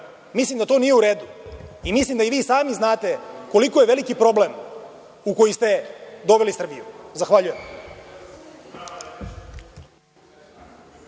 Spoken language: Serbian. Mislim da to nije u redu i mislim da i vi sami znate koliko je veliki problem u koji ste doveli Srbiju. Zahvaljujem.